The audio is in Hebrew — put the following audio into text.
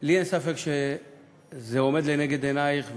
לי אין ספק שזה עומד לנגד עינייך.